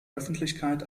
öffentlichkeit